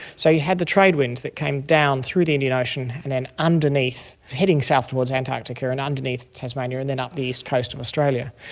so you had the trade winds that came down through the indian ocean and then underneath heading south towards antarctica and underneath tasmania and then up the east coast of australia.